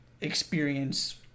experience